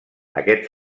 aquest